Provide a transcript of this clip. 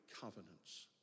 covenants